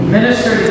minister